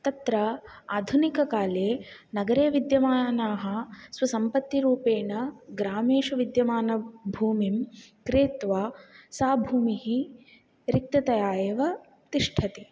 तत्र आधुनिककाले नगरे विद्यमानाः स्वसम्पत्तिरूपेण ग्रामेषु विद्यमानभूमिं क्रेत्वा सा भूमिः रिक्ततया एव तिष्ठति